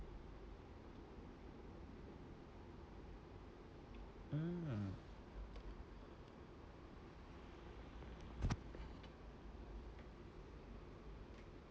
mmhmm